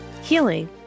healing